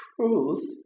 truth